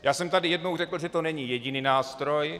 Já jsem tady jednou řekl, že to není jediný nástroj.